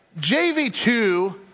JV2